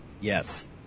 Yes